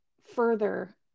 further